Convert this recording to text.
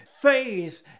faith